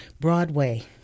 Broadway